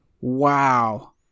Wow